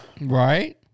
Right